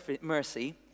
mercy